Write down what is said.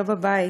לא בבית,